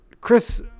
Chris